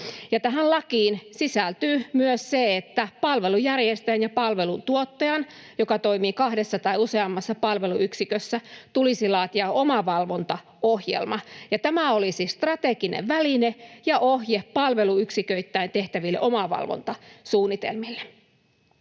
Tähän lakiin sisältyy myös se, että palvelunjärjestäjän ja palveluntuottajan, joka toimii kahdessa tai useammassa palveluyksikössä, tulisi laatia omavalvontaohjelma. Tämä olisi strateginen väline ja ohje palveluyksiköittäin tehtäville omavalvontasuunnitelmille.